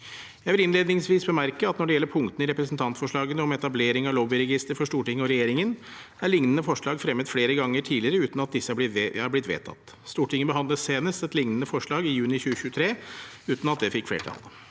Jeg vil innledningsvis bemerke at når det gjelder punktene i representantforslagene om etablering av lobbyregister for Stortinget og regjeringen, er lignende forslag fremmet flere ganger tidligere uten at disse er blitt vedtatt. Stortinget behandlet et lignende forslag senest i juni 2023, uten at det fikk flertall.